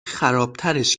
خرابترش